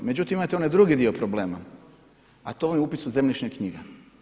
Međutim imate onaj drugi dio problema a to vam je upis u zemljišne knjige.